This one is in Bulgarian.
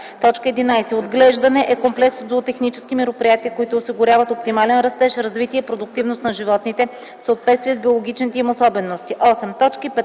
така: „11. „Отглеждане” е комплекс от зоотехнически мероприятия, които осигуряват оптимален растеж, развитие и продуктивност на животните, в съответствие с биологичните им особености.”